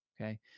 Okay